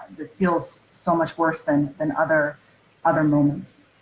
that feels so much worse than and other other moments?